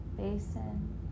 basin